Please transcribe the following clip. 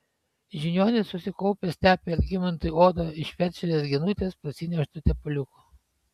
žiniuonis susikaupęs tepė algimantui odą iš felčerės genutės parsineštu tepaliuku